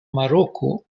maroko